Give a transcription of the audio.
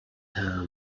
her